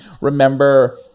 remember